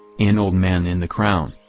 an old man in the crown,